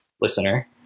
Listener